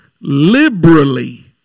liberally